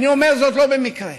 ואני אומר זאת לא במקרה.